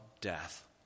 death